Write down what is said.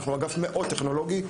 אנחנו אגף מאוד טכנולוגי,